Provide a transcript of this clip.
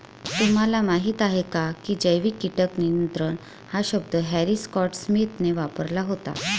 तुम्हाला माहीत आहे का की जैविक कीटक नियंत्रण हा शब्द हॅरी स्कॉट स्मिथने वापरला होता?